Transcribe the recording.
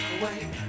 Away